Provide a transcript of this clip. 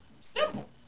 Simple